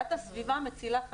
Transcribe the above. דת הסביבה מצילה חיים.